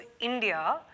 India